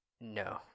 No